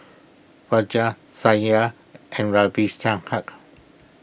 Raja Satya and Ravi Shankar